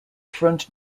front